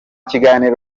kiganiro